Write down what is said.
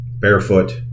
barefoot